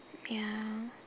ya